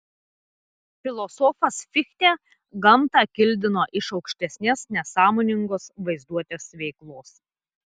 filosofas fichtė gamtą kildino iš aukštesnės nesąmoningos vaizduotės veiklos